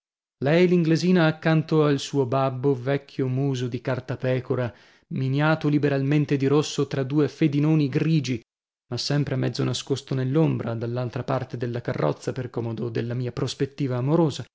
lei l'inglesina accanto al suo babbo vecchio muso di cartapecora miniato liberalmente di rosso tra due fedinoni grigi ma sempre mezzo nascosto nell'ombra dall altra parte della carrozza per comodo della mia prospettiva amorosa